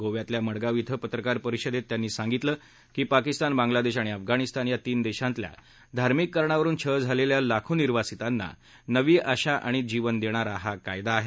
गोव्यातल्या मडगाव इथं पत्रकार परिषदेत त्यानी सांगितलं की पाकिस्तान बांगलादेश आणि अफगाणिस्तान या तीन देशांतल्या धार्मिक कारणावरून छळ झालेल्या लाखो निर्वासितांना नवी आशा आणि जीवन देणारा कायदा आहे